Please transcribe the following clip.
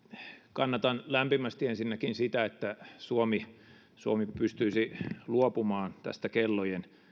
kannatan lämpimästi ensinnäkin sitä että suomi suomi pystyisi luopumaan tästä kellojen